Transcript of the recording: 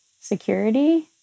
security